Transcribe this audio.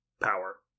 Power